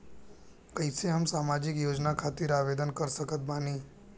कैसे हम सामाजिक योजना खातिर आवेदन कर सकत बानी?